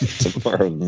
Tomorrow